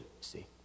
see